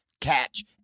Catch